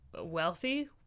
wealthy